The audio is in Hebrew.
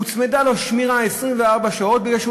הוצמדה לו שמירה 24 שעות בגלל שהוא